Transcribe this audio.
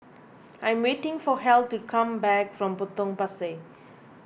I'm waiting for Heath to come back from Potong Pasir